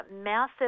massive